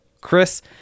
Chris